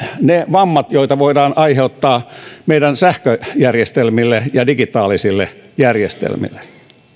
ne vammat joita voidaan aiheuttaa meidän sähköjärjestelmillemme ja digitaalisille järjestelmillemme